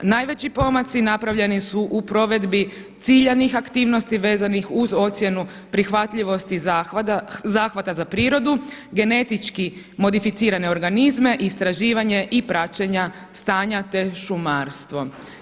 Najveći pomaci napravljeni su u provedbi ciljanih aktivnosti vezanih uz ocjenu prihvatljivosti zahvata za prirodu, genetički modificirane organizme, istraživanje i praćenja stanja te šumarstvo.